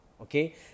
Okay